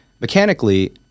mechanically